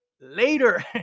later